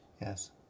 Yes